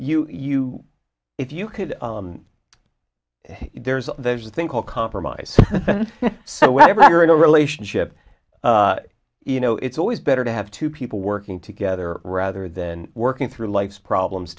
you you if you could there's a there's a thing called compromise so whenever you're in a relationship you know it's always better to have two people working together rather than working through life's problems